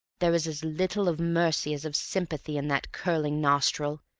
there was as little of mercy as of sympathy in that curling nostril,